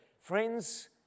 Friends